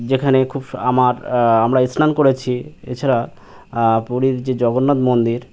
যেখানে খুব আমার আমরা স্নান করেছি এছাড়া পুরীর যে জগন্নাথ মন্দির